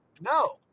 no